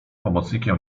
pomocnikiem